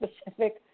specific